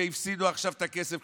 שהפסידו עכשיו את הכסף,